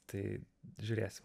tai žiūrėsim